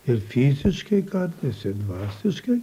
ir fiziškai kartais ir dvasiškai